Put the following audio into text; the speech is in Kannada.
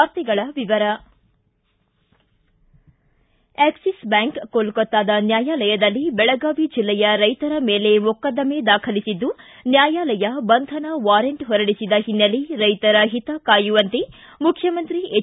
ವಾರ್ತೆಗಳ ವಿವರ ಆಕ್ಸಿಸ್ ಬ್ಹಾಂಕ್ ಕೊಲ್ಕೊತ್ತಾದ ನ್ನಾಯಾಲಯದಲ್ಲಿ ಬೆಳಗಾವಿ ಜಿಲ್ಲೆಯ ರೈತರ ಮೇಲೆ ಮೊಕದ್ದಮೆ ದಾಖಲಿಸಿದ್ದು ನ್ಕಾಯಾಲಯ ಬಂಧನ ವಾರೆಂಟ್ ಹೊರಡಿಸಿದ ಹಿನ್ನೆಲೆ ರೈತರ ಹಿತ ಕಾಯುವಂತೆ ಮುಖ್ಯಮಂತ್ರಿ ಹೆಚ್